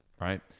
right